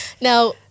now